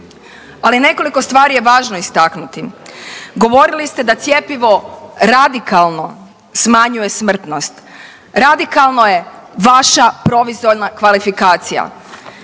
Ali nekoliko stvari je važno za istaknuti, govorili ste da cjepivo radikalno smanjuje smrtnost, radikalno je vaša proizvoljna kvalifikacija.